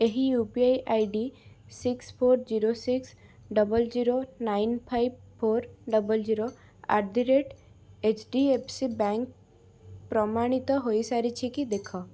ଏହି U P I I D six four zero six double zero nine five four double zero at the rate H D F C bank ପ୍ରମାଣିତ ହୋଇସାରିଛି କି ଦେଖ